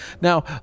Now